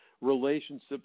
Relationships